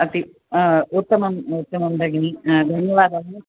अति उत्तमम् उत्तमं भगिनी धन्यवादः